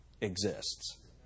exists